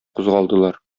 кузгалдылар